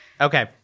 Okay